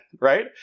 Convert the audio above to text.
right